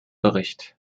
bericht